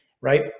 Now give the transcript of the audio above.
right